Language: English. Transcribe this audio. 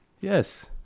yes